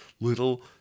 little